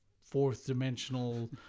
fourth-dimensional